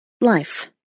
life